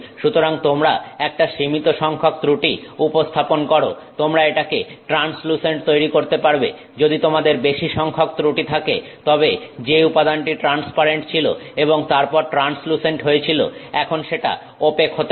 সুতরাং তোমরা একটা সীমিত সংখ্যক ত্রুটি উপস্থাপন করো তোমরা এটাকে ট্রান্সলুসেন্ট তৈরি করতে পারবে যদি তোমাদের বেশি সংখ্যক ত্রুটি থাকে তবে যে উপাদানটি ট্রান্সপারেন্ট ছিল এবং তারপর ট্রান্সলুসেন্ট হয়েছিল এখন সেটা ওপেক হতে পারে